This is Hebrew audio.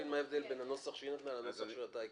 מה ההבדל בין הנוסח שהיא נתנה לנוסח שאתה קראת.